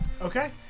okay